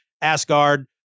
Asgard